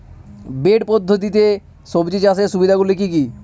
Bed পদ্ধতিতে সবজি চাষের সুবিধাগুলি কি কি?